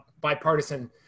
bipartisan